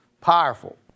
Powerful